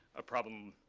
a problem,